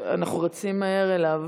אנחנו רצים מהר אליו.